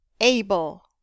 Able